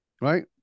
Right